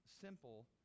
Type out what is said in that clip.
simple